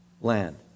land